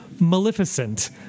*Maleficent*